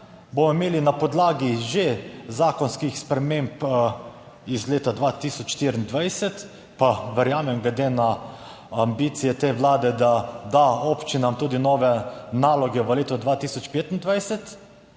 bomo imeli na podlagi že zakonskih sprememb iz leta 2024, pa verjamem, glede na ambicije te vlade, da bo dala občinam nove naloge tudi v letu 2025,